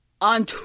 on